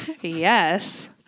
Yes